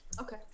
Okay